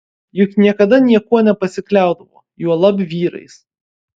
juk niekada niekuo nepasikliaudavo juolab vyrais